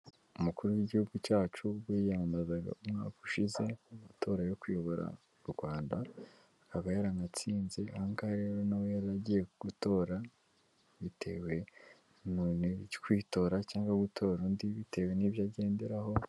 Umukuru w'igihugu cyacu wiyamamazaga umwaka ushize mu matora yo kuyobora u Rwanda, akaba yaranatsinze, aha ngaha rero nawe yari agiye gutora bitewe na none, kwitora cyangwa gutora undi bitewe n'ibyo agenderaho.